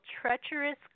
treacherous